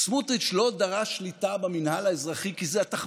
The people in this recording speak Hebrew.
כי זה כן